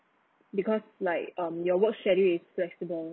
because like um your work schedule is flexible